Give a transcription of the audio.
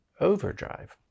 overdrive